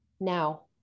Now